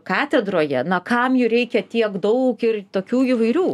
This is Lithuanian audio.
katedroje na kam jų reikia tiek daug ir tokių įvairių